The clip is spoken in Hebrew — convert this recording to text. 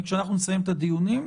וכשאנחנו נסיים את הדיונים,